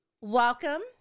Welcome